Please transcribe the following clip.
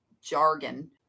jargon